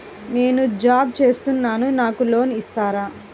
నేను జాబ్ చేస్తున్నాను నాకు లోన్ ఇస్తారా?